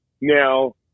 Now